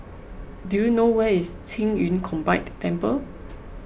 do you know where is Qing Yun Combined Temple